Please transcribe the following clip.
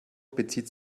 bezieht